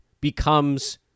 becomes